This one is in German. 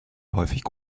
häufig